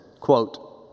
Quote